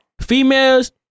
Females